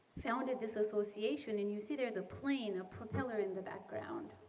founded this association. and you see there's a plane, a propeller in the background.